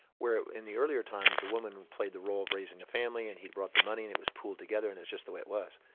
where in earlier times the woman played the role of raising a family, and he brought the money, and it was pooled together and it's just the way it was.